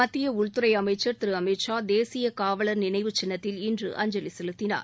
மத்திய உள்துறை அமைச்சர் திரு அமித் ஷா தேசிய காவலர் நினைவுச் சின்னத்தில் இன்று அஞ்சலி செலுத்தினார்